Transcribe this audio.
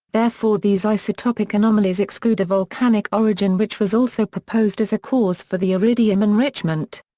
therefore these isotopic anomalies exclude a volcanic origin which was also proposed as a cause for the iridium enrichment.